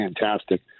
fantastic